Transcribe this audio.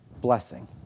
blessing